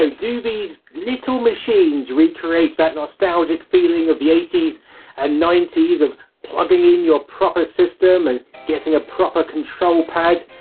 so do these little machines re-create that nostalgic feeling of the eighty s and ninety s, of plugging in your proper system and getting a proper control pad,